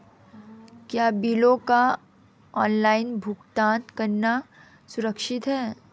क्या बिलों का ऑनलाइन भुगतान करना सुरक्षित है?